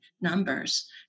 numbers